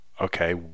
okay